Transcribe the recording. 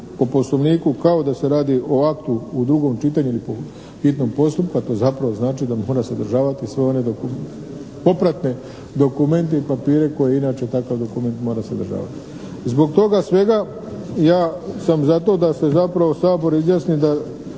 po Poslovniku kao da se radi o aktu u drugom čitanju ili po hitnom postupku, a to zapravo znači da mora sadržavati sve one popratne dokumente i papire koje inače takav dokument mora sadržavati. Zbog toga svega ja sam za to da se zapravo Sabor izjasni da